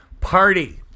party